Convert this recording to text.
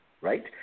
right